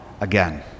again